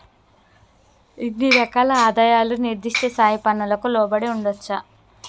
ఇన్ని రకాల ఆదాయాలు నిర్దిష్ట స్థాయి పన్నులకు లోబడి ఉండొచ్చా